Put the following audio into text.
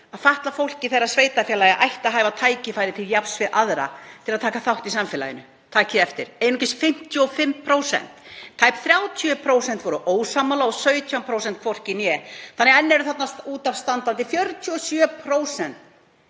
því að fatlað fólk í þeirra sveitarfélagi ætti að hafa tækifæri til jafns við aðra til að taka þátt í samfélaginu. Takið eftir, einungis 55%. Tæp 30% voru ósammála og 17% hvorki né. Enn eru út af standandi 47%